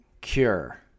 cure